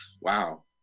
wow